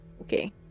Okay